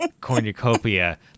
cornucopia